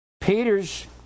Peter's